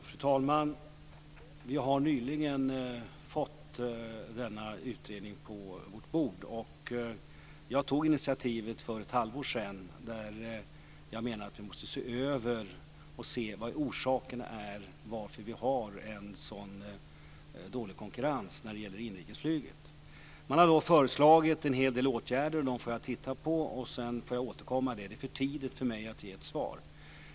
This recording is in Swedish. Fru talman! Vi har nyligen fått denna utredning på vårt bord. Jag tog initiativet för ett halvår sedan. Jag menar att vi måste se över det här och se vad orsakerna är till att vi har en så dålig konkurrens när det gäller inrikesflyget. Det har föreslagits en hel del åtgärder. Dem ska jag titta på, och sedan får jag återkomma. Det är för tidigt för mig att ge ett svar.